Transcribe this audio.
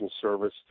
service